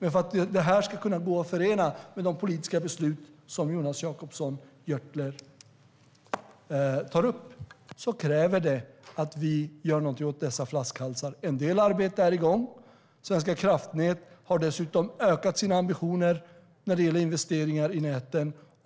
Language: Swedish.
För att detta ska kunna förenas med de politiska beslut som Jonas Jacobsson Gjörtler tar upp krävs att vi gör något åt flaskhalsarna. En del arbete är igång. Svenska kraftnät har dessutom ökat sina ambitioner när det gäller investeringar i näten.